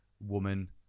woman